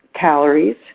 calories